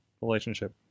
relationship